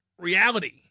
reality